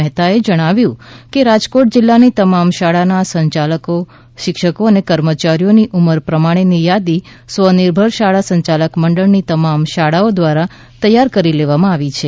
મહેતાએ જણાવ્યું કે રાજકોટ જીલ્લાની તમામ શાળાના સંચાલકો શિક્ષકો અને કર્મચારીઓની ઉંમર પ્રમાણેની યાદી સ્વનિર્ભર શાળા સંચાલક મંડળની તમામ શાળાઓ દ્વારા તૈયાર કરી લેવામાં આવી છે